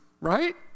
right